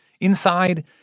Inside